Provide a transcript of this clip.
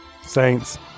Saints